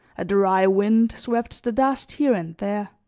a dry wind swept the dust here and there